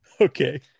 okay